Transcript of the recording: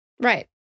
Right